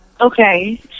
okay